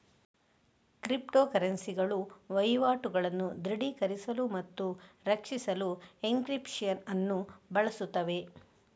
crypto ಕರೆನ್ಸಿಗಳು ವಹಿವಾಟುಗಳನ್ನು ದೃಢೀಕರಿಸಲು ಮತ್ತು ರಕ್ಷಿಸಲು ಎನ್ಕ್ರಿಪ್ಶನ್ ಅನ್ನು ಬಳಸುತ್ತವೆ